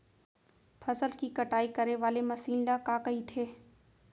फसल की कटाई करे वाले मशीन ल का कइथे?